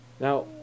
Now